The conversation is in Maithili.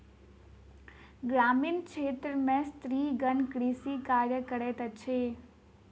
ग्रामीण क्षेत्र में स्त्रीगण कृषि कार्य करैत अछि